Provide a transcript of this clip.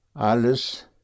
Alles